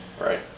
Right